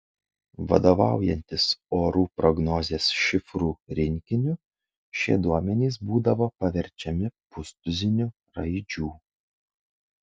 vadovaujantis orų prognozės šifrų rinkiniu šie duomenys būdavo paverčiami pustuziniu raidžių